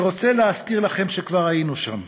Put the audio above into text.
אני רוצה להזכיר לכם שכבר היינו שם,